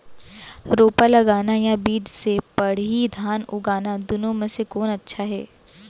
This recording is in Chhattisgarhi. रोपा लगाना या बीज से पड़ही धान उगाना दुनो म से कोन अच्छा हे?